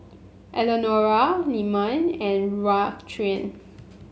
Eleonora Lyman and Raquan